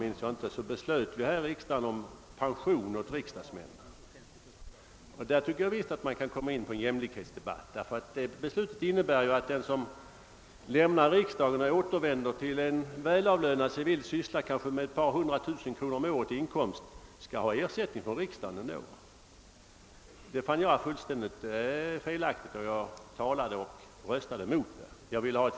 Häromåret beslöt vi här i riksdagen om pension åt riksdagsmän, och där tycker jag verkligen att man kan dra in jämlikhetsfrågorna. Det beslut vi då fattade innebär nämligen att en ledamot som lämnar sin plats i riksdagen och återvänder till en välavlönad civil syssla, kanske med ett par hundra tusen kronor om året i inkomst, även får ersättning av riksdagen. Detta fann jag vara helt felaktigt, och jag talade och röstade mot det förslaget.